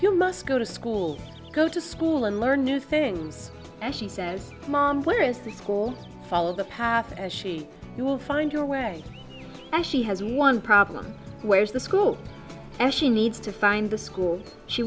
you must go to school go to school and learn new things and she says mom where is the school follow the path and she will find your way and she has one problem where's the school and she needs to find the school she